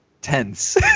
tense